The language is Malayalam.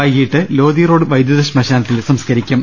വൈകിട്ട് ലോധി റോഡ് വൈദ്യുത ശ്മശാനത്തിൽ സംസ്കരിക്കും